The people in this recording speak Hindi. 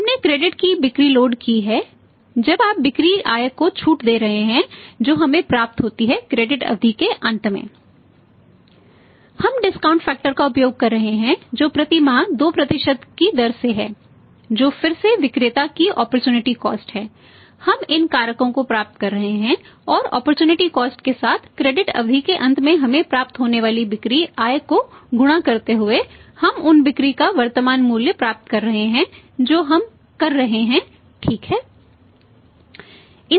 हम डिस्काउंट फैक्टर अवधि के अंत में हमें प्राप्त होने वाली बिक्री आय को गुणा करते हुए हम उन बिक्री का वर्तमान मूल्य प्राप्त कर रहे हैं जो हम कर रहे हैं ठीक है